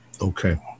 okay